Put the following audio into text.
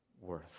worth